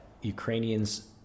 Ukrainians